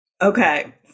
Okay